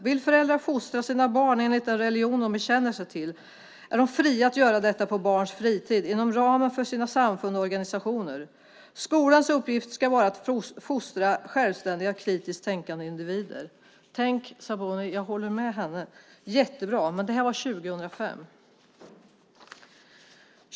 Vill föräldrar fostra sina barn enligt den religion de bekänner sig till är de fria att göra detta på barns fritid inom ramen för sina samfund och organisationer. Skolans uppgift ska vara att fostra självständiga och kritiskt tänkande individer. Jag håller med Sabuni. Det är jättebra. Men det här var 2005.